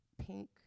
pink